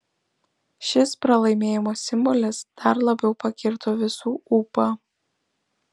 šis pralaimėjimo simbolis dar labiau pakirto visų ūpą